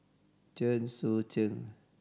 Chen Sucheng